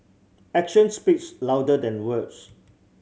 action speaks louder than words